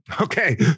Okay